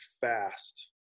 fast